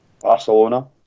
Barcelona